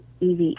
EVE